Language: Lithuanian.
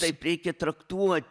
taip reikia traktuoti